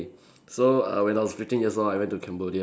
so uh when I was fifteen years old I went to Cambodia